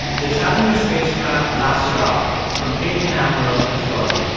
the challenger spacecraft blasted off from cape canaveral in florida.